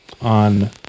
on